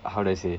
how do I say